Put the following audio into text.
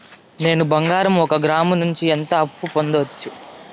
నేను బంగారం ఒక గ్రాము నుంచి ఎంత అప్పు పొందొచ్చు